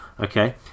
okay